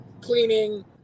cleaning